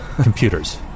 computers